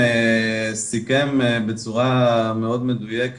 אין מפעל הזנה